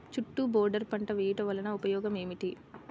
చుట్టూ బోర్డర్ పంట వేయుట వలన ఉపయోగం ఏమిటి?